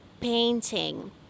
painting